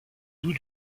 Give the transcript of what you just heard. doux